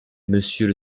monsieur